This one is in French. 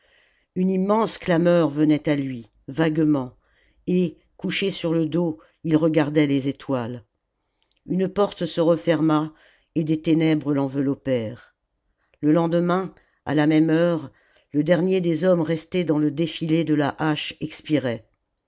une immense clameur venait à lui vaguement et couché sur le dos il regardait les étoiles une porte se referma et des ténèbres l'enveloppèrent le lendemain à la même heure le dernier des homme restés dans le défilé de la hache expirait